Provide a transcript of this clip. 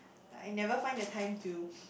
like I never find the time to